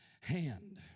hand